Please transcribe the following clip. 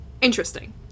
interesting